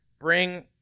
bring